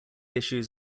issues